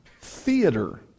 theater